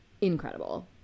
incredible